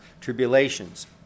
tribulations